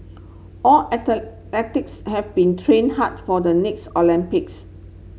our have been train hard for the next Olympics